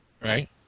Right